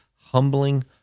humbling